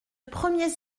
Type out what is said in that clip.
premiers